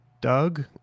Doug